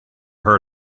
heard